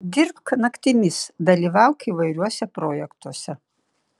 dirbk naktimis dalyvauk įvairiuose projektuose